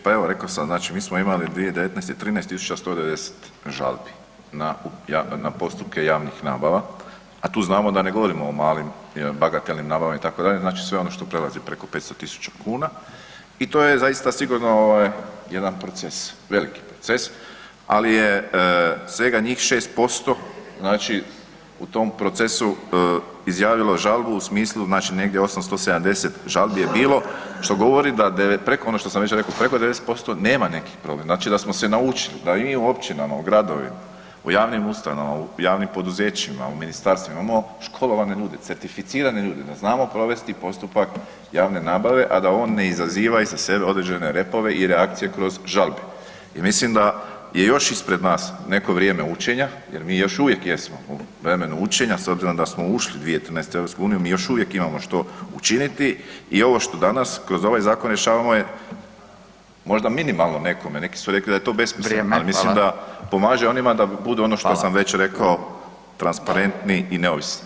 Pa evo, rekao sam, znači mi smo imali 2019. 13 190 žalbi na postupke javnih nabava, a tu znamo da ne govorimo o malim, bagatelnim nabavama, itd., znači sve ono što prelazi preko 500 tisuća kuna i to je zaista sigurno jedan proces, veliki proces, ali je svega njih 6% znači u tom procesu izjavilo žalbu u smislu znači negdje 870 žalbi je bilo što govori da preko, ono što sam već rekao, preko 90% nema neki problem, znači smo se naučili, da i u općinama, u gradovima, u javnim ustanovama, u javnim poduzećima, u ministarstvima imamo školovane ljude, certificirane ljude, da znamo provesti postupak javne nabave, a da on ne izaziva iza sebe određene repove i reakcije kroz žalbe i mislim da je još ispred nas neko vrijeme učenja jer mi još uvijek jesmo u vremenu učenja, s obzirom da smo ušli 2013. u EU, mi još uvijek imamo što učiniti i ovo što danas kroz ovaj zakon rješavamo je možda minimalno nekome, neki su rekli da je to besmisleno [[Upadica: Vrijeme, hvala.]] ali mislim da pomaže onima da budu ono što sam već rekao [[Upadica: Hvala.]] transparentniji i neovisni.